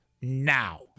now